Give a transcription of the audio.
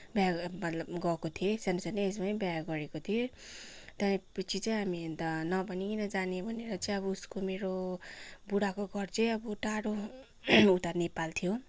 बिहा मतलब गएको थिएँ सानो सानो एजमै बिहा गरेको थिएँ त्यहाँदेखि पछि चाहिँ हामी नभनिकन जाने भनेर चाहिँ अब उसको मेरो बुढाको घर चाहिँ अब टाढो उता नेपाल थियो